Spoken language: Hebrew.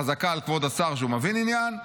חזקה על כבוד השר שהוא מבין עניין,